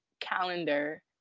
calendar